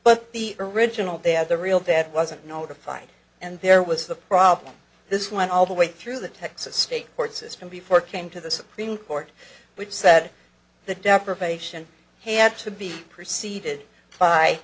but the original they had the real that wasn't notified and there was the problem this went all the way through the texas state court system before it came to the supreme court which said the deprivation had to be preceded by